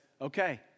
okay